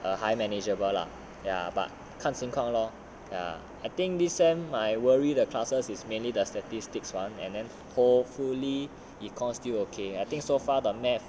err 还 manageable lah ya but 看情况 lor ya I think this semester my worry the classes is mainly the statistics one and then hopefully econs still okay I think so far the math